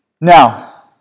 Now